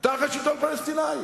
תחת שלטון פלסטיני.